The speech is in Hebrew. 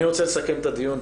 אני רוצה לסכם את הדיון.